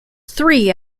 three